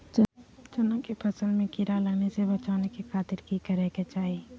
चना की फसल में कीड़ा लगने से बचाने के खातिर की करे के चाही?